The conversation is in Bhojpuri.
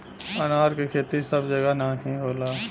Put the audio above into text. अनार क खेती सब जगह नाहीं होला